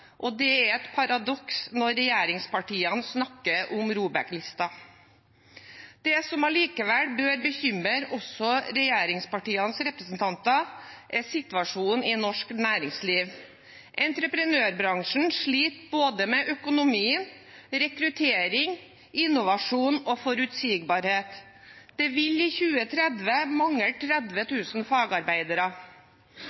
og det er et paradoks når regjeringspartiene snakker om ROBEK-lista. Det som likevel bør bekymre også regjeringspartienes representanter, er situasjonen i norsk næringsliv. Entreprenørbransjen sliter både med økonomien og med rekruttering, innovasjon og forutsigbarhet. Det vil i 2030 mangle 30